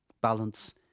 Balance